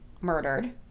murdered